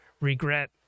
regret